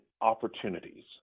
opportunities